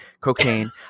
cocaine